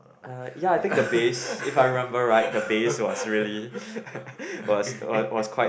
uh ya I think the bass if I remember right the bass was really was was was quite